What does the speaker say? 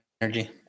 energy